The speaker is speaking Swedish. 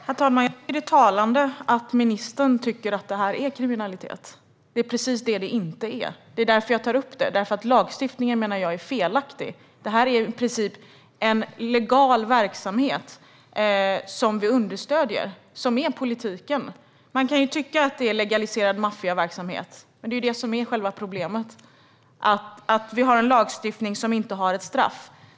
Herr talman! Det är talande att ministern tycker att det är fråga om kriminalitet. Det är precis vad det inte är. Det är därför jag tar upp frågan. Lagstiftningen är felaktig. Det här är i princip en legal verksamhet som vi understöder - som är politiken. Man kan tycka att det är legaliserad maffiaverksamhet. Men problemet är att det finns en lagstiftning som inte innehåller straff.